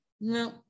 No